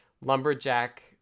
lumberjack